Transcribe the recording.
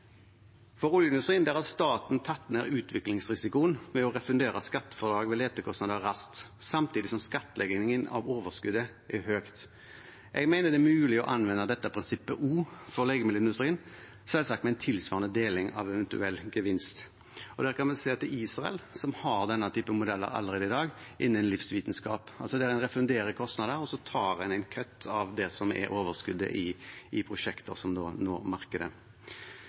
For oljeindustrien har staten tatt ned utviklingsrisikoen ved å refundere skattefradrag ved letekostnader raskt, samtidig som skattleggingen av overskuddet er høyt. Jeg mener det er mulig å anvende dette prinsippet også for legemiddelindustrien, selvsagt med en tilsvarende deling av en eventuell gevinst. Der kan vi se til Israel, som har denne typen modeller allerede i dag innen livsvitenskap. En refunderer altså kostnader, og så tar en en «cut» av overskuddet i prosjekter som når markedet.